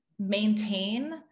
maintain